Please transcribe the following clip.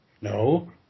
No